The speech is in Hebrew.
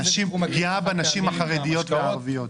זה --- פגיעה בנשים החרדיות והערביות.